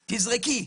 תזרקי.